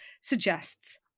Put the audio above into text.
suggests